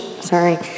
Sorry